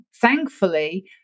thankfully